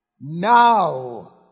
Now